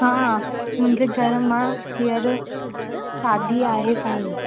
हा मुंहिंजे घर मां हींअर शादी आहे साईं